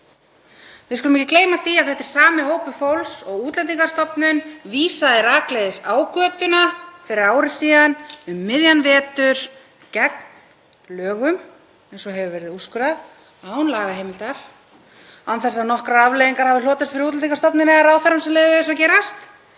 Við skulum ekki gleyma því að þetta er sami hópur fólks og Útlendingastofnun vísaði rakleiðis á götuna fyrir ári síðan um miðjan vetur gegn lögum, eins og hefur verið úrskurðað, án lagaheimildar, án þess að nokkrar afleiðingar af því hafa hlotist fyrir Útlendingastofnun eða ráðherrann sem leyfði þessu að gerast.